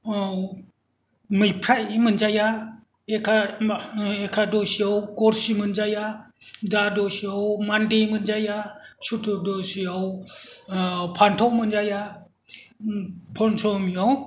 मैखाय मोनजाया एकादसियाव गरसि मोनजाया दादसियाव मान्दि मोनजाया चतुर्दसियाव फान्थाव मोनजाया पन्समियाव